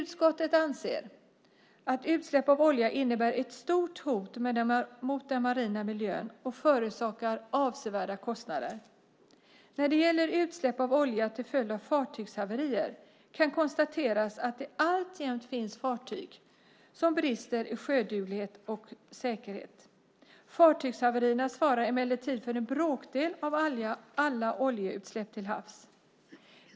Utskottet anser att utsläpp av olja innebär ett stort hot mot den marina miljön och förorsakar avsevärda kostnader. När det gäller utsläpp av olja till följd av fartygshaverier kan konstateras att det alltjämt finns fartyg som brister i sjöduglighet och säkerhet. Fartygshaverierna svarar emellertid för en bråkdel av alla oljeutsläpp till havs.